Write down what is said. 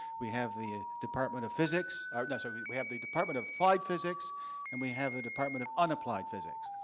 we have the department of physics sorry, ah and so we have the department of applied physics and we have the department of unapplied physics.